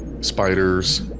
spiders